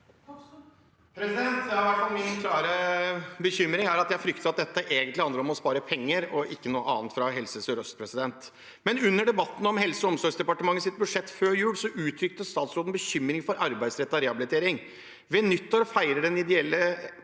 Min klare bekym- ring og frykt er i hvert fall at dette egentlig handler om å spare penger og ikke noe annet fra Helse sør-øst. Under debatten om Helse- og omsorgsdepartementets budsjett før jul uttrykte statsråden bekymring for arbeidsrettet rehabilitering. Ved nyttår feiret det ideelle